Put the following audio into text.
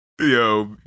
Yo